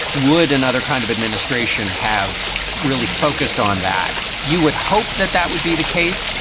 would another kind of administration have really focused on that? you would hope that that would be the case.